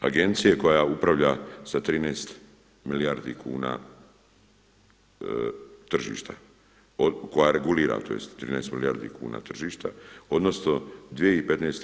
agencije koja upravlja sa 13 milijardi kuna tržišta, koja regulira tj. 13 milijardi kuna tržišta odnosno 2015.